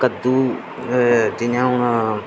कद्दू जि'यां हून